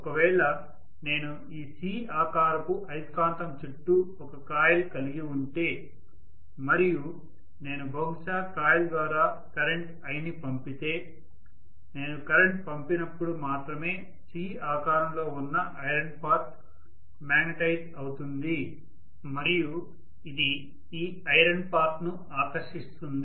ఒకవేళ నేను ఈ C ఆకారపు అయస్కాంతం చుట్టూ ఒక కాయిల్ కలిగి ఉంటే మరియు నేను బహుశా కాయిల్ ద్వారా కరెంట్ i ని పంపితే నేను కరెంట్ పంపినపుడు మాత్రమే C ఆకారంలో ఉన్న ఐరన్ పార్ట్ మ్యాగ్నెటైజ్ అవుతుంది మరియు ఇది ఈ ఐరన్ పార్ట్ ను ఆకర్షిస్తుంది